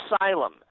asylum